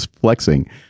flexing